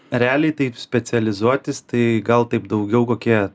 realiai taip specializuotis tai gal taip daugiau kokie